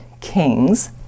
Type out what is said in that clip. kings